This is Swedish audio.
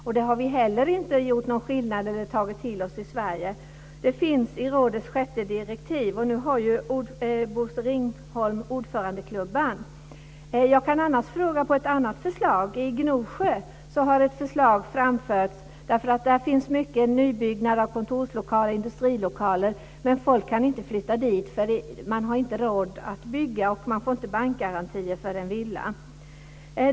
Detta har vi heller inte gjort någon skillnad mellan och tagit till oss i Sverige. Det finns i rådets sjätte direktiv, och nu har ju Bosse Jag kan också fråga om ett annat förslag. I Gnosjö har ett förslag framförts. Där finns nämligen mycket nybyggnad av kontorslokaler och industrilokaler, men folk kan inte flytta dit för man har inte råd att bygga och man får inte bankgarantier för en villa.